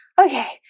okay